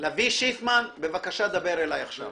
לביא שיפמן, בבקשה דבר אליי עכשיו.